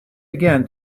again